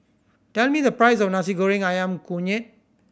tell me the price of Nasi Goreng Ayam Kunyit